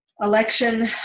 election